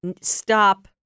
stop